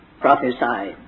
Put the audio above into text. prophesied